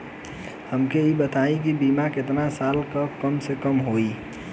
हमके ई बताई कि बीमा केतना साल ला कम से कम होई?